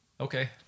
Okay